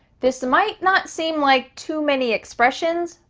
this might not seem like too many expressions,